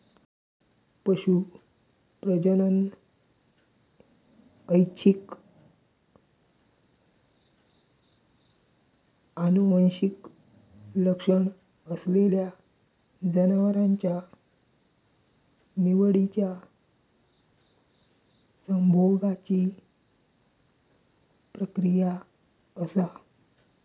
पशू प्रजनन ऐच्छिक आनुवंशिक लक्षण असलेल्या जनावरांच्या निवडिच्या संभोगाची प्रक्रिया असा